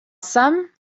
some